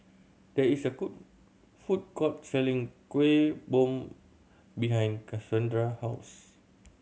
there is a food court selling Kueh Bom behind Cassondra house